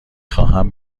خواهم